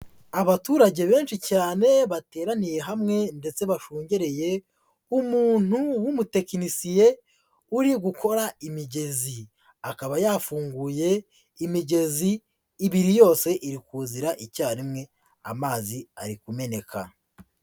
Abaturage benshi cyane bateraniye hamwe, ndetse bashungereye umuntu w'umutekinisiye, uri gukora imigezi. Akaba yafunguye imigezi ibiri yose, iri kuzira icyarimwe amazi ari kumeneka.